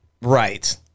right